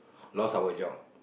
lost our job